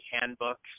handbooks